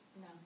No